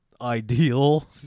ideal